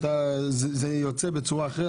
זה יוצא בצורה אחרת.